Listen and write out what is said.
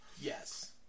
Yes